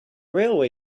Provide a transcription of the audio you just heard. railway